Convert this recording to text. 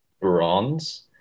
bronze